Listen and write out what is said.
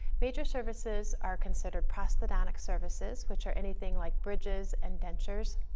major services are considered prosthodontic services which are anything like bridges and dentures,